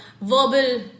verbal